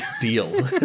Deal